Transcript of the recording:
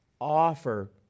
offer